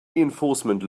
reinforcement